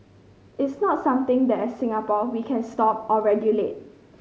it's not something that as Singapore we can stop or regulate